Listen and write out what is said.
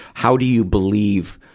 how do you believe,